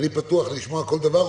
אני פתוח לשמוע כל דבר,